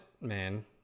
man